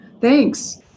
Thanks